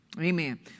Amen